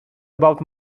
about